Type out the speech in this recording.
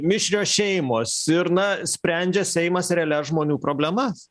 mišrios šeimos ir na sprendžia seimas realias žmonių problemas